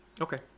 Okay